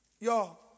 Y'all